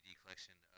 collection